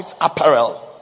apparel